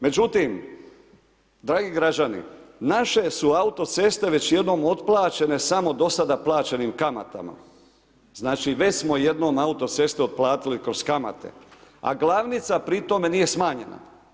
Međutim, dragi građani naše su autoceste već jednom otplaćene samo do sada plaćenim kamatama, znači već smo jednom autoceste otplatili kroz kamate, a glavnica pri tome nije smanjena.